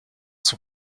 son